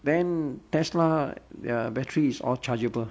then tesla the uh battery is all chargeable